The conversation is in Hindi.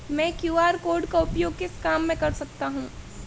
मैं क्यू.आर कोड का उपयोग किस काम में कर सकता हूं?